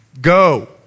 Go